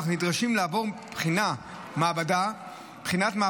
אך הם נדרשים לעבור בחינת מעבדה לאחר